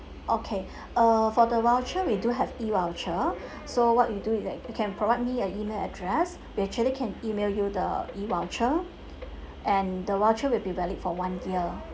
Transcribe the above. okay uh for the voucher we do have E voucher so what we do is that you can provide me an email address we actually can email you the E voucher and the voucher will be valid for one year